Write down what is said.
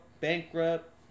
bankrupt